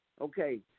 Okay